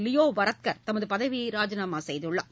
Leo Varadkar தமது பதவியை ராஜினாமா செய்துள்ளார்